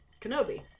Kenobi